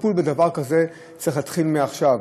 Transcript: הטיפול בדבר כזה צריך להתחיל עכשיו.